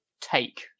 take